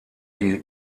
die